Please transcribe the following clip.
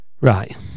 Right